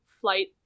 flight